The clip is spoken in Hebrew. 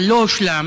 אבל לא הושלם,